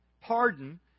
Pardon